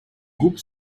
groupe